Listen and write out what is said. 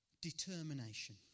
determination